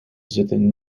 zitten